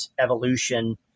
evolution